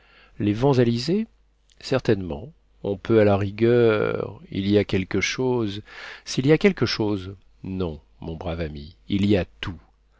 les vents alizés certainement on peut à la rigueur il y a quelque chose s'il y a quelque chose non mon brave ami il y a tout